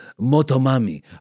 Motomami